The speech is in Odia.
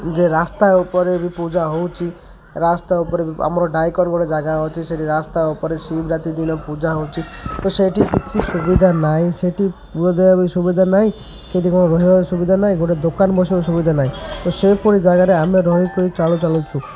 ଯେ ରାସ୍ତା ଉପରେ ବି ପୂଜା ହେଉଛି ରାସ୍ତା ଉପରେ ଆମର ଡାଇକର ବୋଲି ଗୋଟେ ଜାଗା ଅଛି ସେଇଠି ରାସ୍ତା ଉପରେ ସେଇଠି ରାତି ଦିନ ପୂଜା ହେଉଛି ତ ସେଇଠି କିଛି ସୁବିଧା ନାହିଁ ସେଇଠି ପୂଜା ଦେବା ବି ସୁବିଧା ନାହିଁ ସେଇଠି କ'ଣ ରହିବା ବି ସୁବିଧା ନାହିଁ ଗୋଟେ ଦୋକାନ ବସିବା ସୁବିଧା ନାହିଁ ତ ସେହିପରି ଜାଗାରେ ଆମେ ରହିକି ଚାଳୁ ଚାଲୁଛୁ